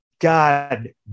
God